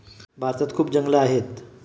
भारतात खूप जंगलं आहेत